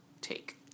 take